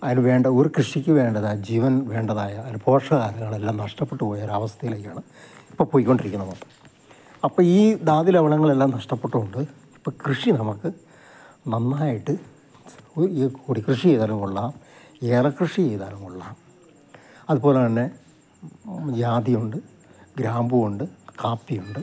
അതിൽ വേണ്ട ഒരു കൃഷിയ്ക്ക് വേണ്ടതായ ജീവൻ വേണ്ടതായ അതിന് പോഷകാഹാരങ്ങളെല്ലാം നഷ്ടപ്പെട്ടു പോയൊരാ അവസ്ഥയിലേക്കാണ് ഇപ്പോൾ പൊയ്ക്കൊണ്ടിരിക്കുന്നത് അപ്പോൾ ഈ ധാതു ലവണങ്ങളെല്ലാം നഷ്ടപ്പെട്ടുകൊണ്ട് ഇപ്പോൾ കൃഷി നമുക്ക് നന്നായിട്ട് ഈ കുടിക്കൃഷി ചെയ്താലും കൊള്ളാം ഏലക്കൃഷി ചെയ്താലും കൊള്ളാം അതുപോലെതന്നെ ജാതിയുണ്ട് ഗ്രാമ്പൂവുണ്ട് കാപ്പിയുണ്ട്